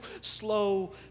slow